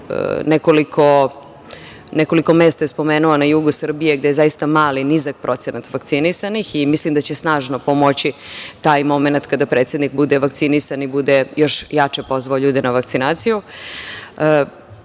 Nekoliko mesta je spomenuo na jugu Srbije, gde je zaista mali, nizak procenat vakcinisanih i mislim da će snažno pomoći taj momenat kada predsednik bude vakcinisan i bude još jače pozvao ljude na vakcinaciju.